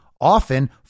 often